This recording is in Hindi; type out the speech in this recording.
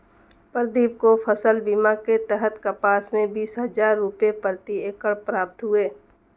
प्रदीप को फसल बीमा के तहत कपास में बीस हजार रुपये प्रति एकड़ प्राप्त हुए